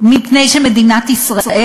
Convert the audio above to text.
מפני שמדינת ישראל,